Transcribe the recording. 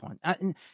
one